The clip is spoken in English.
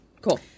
Cool